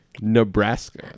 Nebraska